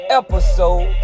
episode